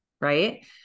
Right